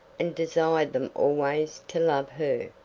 and desired them always to love her.